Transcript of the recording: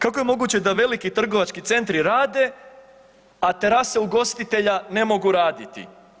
Kako je moguće da veliki trgovački centri rade, a terase ugostitelja ne mogu raditi?